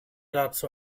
dazu